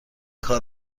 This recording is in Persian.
کار